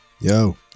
Yo